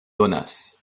donas